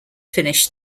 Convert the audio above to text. finished